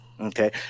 okay